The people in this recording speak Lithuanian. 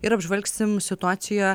ir apžvelgsim situaciją